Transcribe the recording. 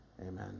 Amen